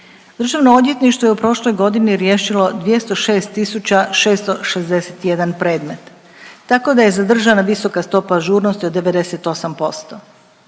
Državno odvjetništvo je u prošloj godini riješilo 206 tisuća 661 premet, tako da je zadržana visoka stopa ažurnosti od 98%.